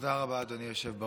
תודה רבה, אדוני היושב-ראש.